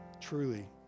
truly